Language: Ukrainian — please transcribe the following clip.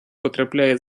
потрапляє